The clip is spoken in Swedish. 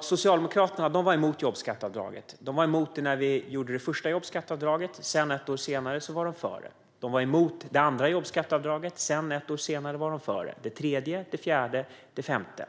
Socialdemokraterna var emot jobbskatteavdraget. De var emot det när vi gjorde det första jobbskatteavdraget. Sedan, ett år senare, var de för det. De var emot det andra jobbskatteavdraget. Sedan, ett år senare, var de för det. De var emot det tredje, det fjärde och det femte.